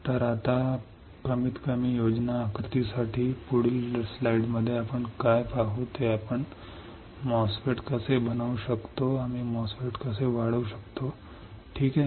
तर आता कमीतकमी योजनाबद्ध आकृतीसाठी पुढील स्लाइडमध्ये आपण काय पाहू ते आपण MOSFET कसे बनवू शकतो आम्ही MOSFET कसे वाढवू शकतो ठीक आहे